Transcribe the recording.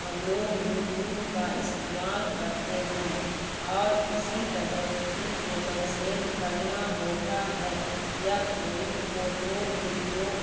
ہم لوگ YouTube کا استعمال کرتے ہیں اور اسی طرح کسی کو میسیج کرنا ہوتا ہے یا کوئی فوٹو ویڈیو